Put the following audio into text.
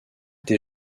des